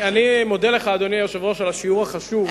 אני מודה לך, אדוני היושב-ראש, על השיעור החשוב.